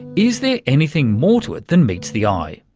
is there anything more to it than meets the eye?